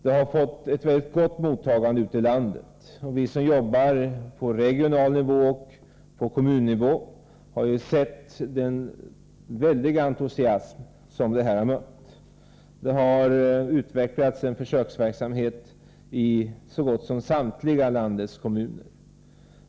Det har fått ett mycket gott mottagande ute i landet, och vi som arbetar på regional och kommunal nivå har sett den väldiga entusiasm som arbetet mötts av. Det har utvecklats en försöksverksamhet i så gott som samtliga av landets kommuner.